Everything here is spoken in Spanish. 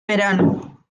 verano